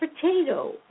potato